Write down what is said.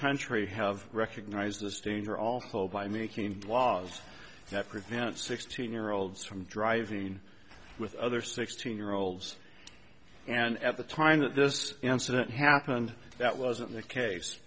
country have recognized this danger all fall by making laws that prevent sixteen year olds from driving with other sixteen year olds and at the time that this incident happened that wasn't the case